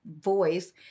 voice